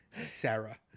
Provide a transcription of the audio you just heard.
Sarah